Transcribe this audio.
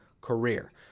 career